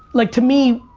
like to me,